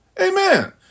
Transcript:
Amen